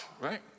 right